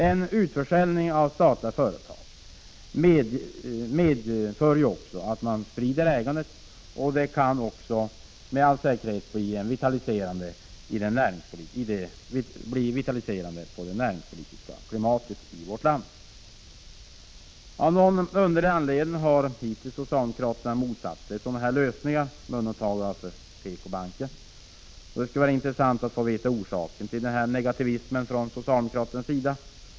En utförsäljning av statliga företag medför ju också en spridning av ägandet, vilket med all säkerhet kan ha en vitaliserande effekt på det näringspolitiska klimatet i vårt land. Av någon underlig anledning har socialdemokraterna hittills, med undantag för PK-banken, motsatt sig sådana här lösningar. Det skulle vara intressant att få veta orsaken till denna negativism från socialdemokraternas sida.